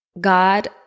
God